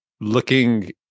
looking